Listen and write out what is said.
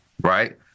right